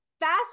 fast